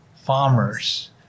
farmers